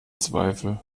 zweifel